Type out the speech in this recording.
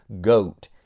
goat